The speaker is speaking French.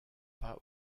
pas